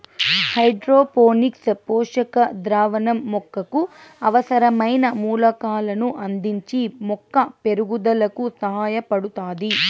hydroponics పోషక ద్రావణం మొక్కకు అవసరమైన మూలకాలను అందించి మొక్క పెరుగుదలకు సహాయపడుతాది